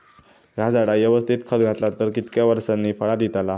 हया झाडाक यवस्तित खत घातला तर कितक्या वरसांनी फळा दीताला?